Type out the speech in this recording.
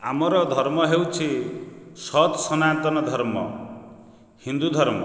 ଆମର ଧର୍ମ ହେଉଛି ସତ୍ ସନାତନ ଧର୍ମ ହିନ୍ଦୁ ଧର୍ମ